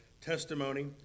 testimony